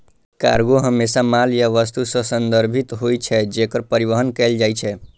cargo हमेशा माल या वस्तु सं संदर्भित होइ छै, जेकर परिवहन कैल जाइ छै